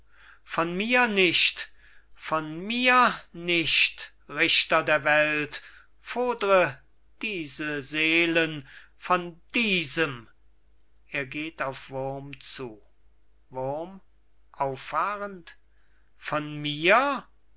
von mir nicht von mir nicht richter der welt fordre diese seelen von diesem er geht auf wurm zu wurm auffahrend von mir